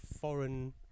foreign